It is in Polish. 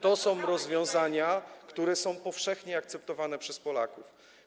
to są rozwiązania, które są powszechnie akceptowane przez Polaków.